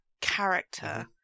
character